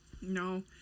No